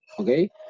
okay